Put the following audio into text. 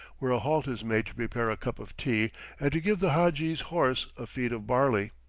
where a halt is made to prepare a cup of tea and to give the hadji's horse a feed of barley.